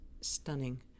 stunning